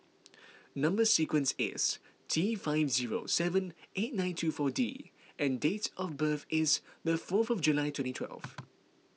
Number Sequence is T five zero seven eight nine two four D and dates of birth is the fourth July twenty twelve